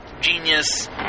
genius